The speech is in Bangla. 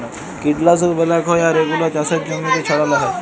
কীটলাশক ব্যলাক হ্যয় আর এগুলা চাসের জমিতে ছড়াল হ্য়য়